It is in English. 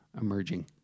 emerging